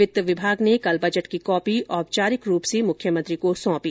वित्त विभाग ने कल बजट की कॉपी औपचारिक रूप से मुख्यमंत्री को सौंपी